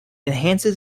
enhances